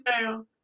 down